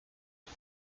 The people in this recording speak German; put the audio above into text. ich